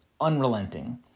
unrelenting